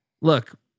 Look